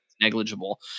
negligible